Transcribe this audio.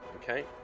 Okay